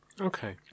Okay